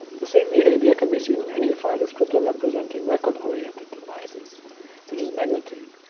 the same behavior can be seen in any file descriptor representing record-oriented devices such as magnetic